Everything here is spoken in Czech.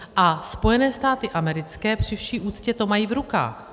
A Spojené státy americké při vší úctě to mají v rukách.